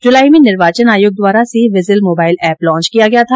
जुलाई में निर्वाचन आयोग द्वारा C vigil mobile app launch किया गया था